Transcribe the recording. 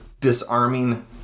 disarming